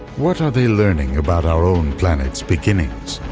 what are they learning about our own planet's beginnings,